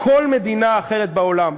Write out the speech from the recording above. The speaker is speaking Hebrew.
כל מדינה אחרת בעולם,